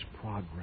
progress